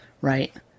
right